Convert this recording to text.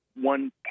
one